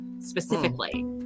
specifically